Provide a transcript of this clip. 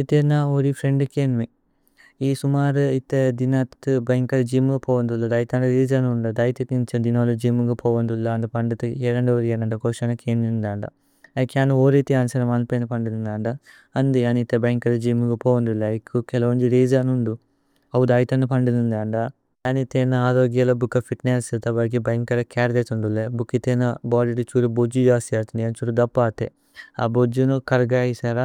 ഇതേന ഓരി ഫ്രേന്ദ് കേന്മേ ഇ സുമര ഇതേ ദിനത്। ബന്കര ഗ്യ്മ് ഗ പോവന്ദുല്ലു ദൈഥന രേജാന്। ഉന്ദു ദൈഥ കിന്ഛ ദിനോല ഗ്യ്മ് ഗ പോവന്ദുല്ലു। അന്ദു പന്ദു തേകേ കേരേന്ദു ഓരി അന്ദു കോശന। കേന്നേ ന്ദന്ദ അകേ അനു ഓരി ഇതി അന്സര മല്പേ। ന പന്ദു ന്ദന്ദ അന്ദി അനിത ബന്കര ഗ്യ്മ് ഗ। പോവന്ദുല്ലു കേലേ ഓന്ജി രേജാന് ഉന്ദു അവു ദൈഥന। പന്ദു ന്ദന്ദ അനേ ഇതേന അരോഗ്യേല ബുക ഫിത്നേസ്സ്। തബരഗേ ബന്കര ചരേ ദേതു ന്ദുല്ലേ ഭുകേ ഇതേന। ബോദി തു ഛുരു ബോജു ജസ്യ അതിനി ഛ്ഹുരു ദപ അതി। അ ബോജു നു കര്ഗ ഇസര